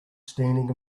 standing